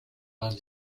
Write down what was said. vingt